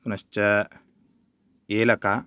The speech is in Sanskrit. पुनश्च एलका